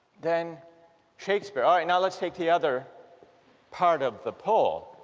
than shakespeare. alright, now let's take the other part of the poll